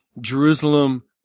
Jerusalem